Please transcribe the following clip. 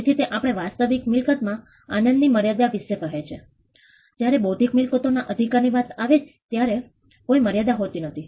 તેથી તે આપણને વાસ્તવિક મિલકત માં આનંદની મર્યાદા વિષે કહે છે જયારે બૌદ્ધિક મિલકતો ના અધિકાર ની વાત આવે ત્યારે તેમાં કોઈ મર્યાદા હોતી નથી